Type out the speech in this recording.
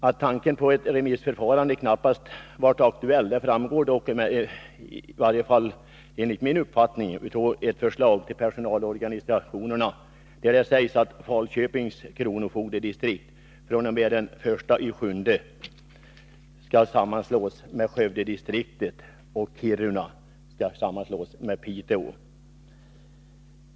Att tanken på ett remissförfarande knappast varit aktuell framgår enligt min uppfattning av ett förslag till personalorganisationerna, där det sägs att Falköpings kronofogdedistrikt fr.o.m. den 1 juli skall sammanslås med Skövdedistriktet, och Kiruna med Piteå.